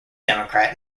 democrat